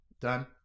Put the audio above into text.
Done